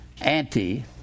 Anti